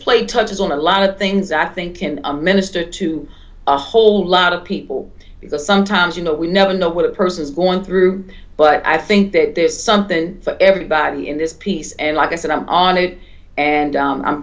play touches on a lot of things i think in a minister to a whole lot of people because sometimes you know we never know what a person is going through but i think that there's something for everybody in this piece and like i said i'm on it and